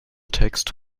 text